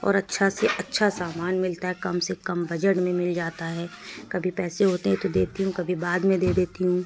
اور اچھا سے اچھا سامان ملتا ہے کم سے کم بجٹ میں مل جاتا ہے کبھی پیسے ہوتے ہیں تو دیتی ہوں کبھی بعد میں دے دیتی ہوں